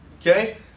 Okay